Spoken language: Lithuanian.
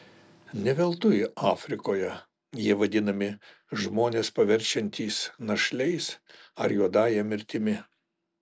ne veltui afrikoje jie vadinami žmones paverčiantys našliais ar juodąja mirtimi